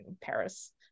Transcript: paris